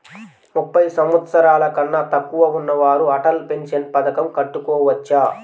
ముప్పై సంవత్సరాలకన్నా తక్కువ ఉన్నవారు అటల్ పెన్షన్ పథకం కట్టుకోవచ్చా?